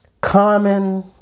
common